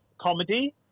comedy